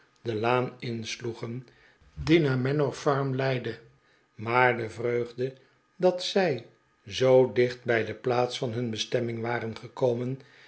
de laan insloegen die naar manor farm leidde maar de vreugde dat zij zoo dicht bij de plaats van hun bestemming waren gekomen